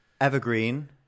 Evergreen